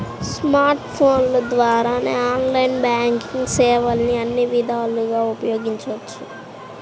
smart ఫోన్ల ద్వారా online banking సేవల్ని అన్ని విధాలుగా ఉపయోగించవచ్చు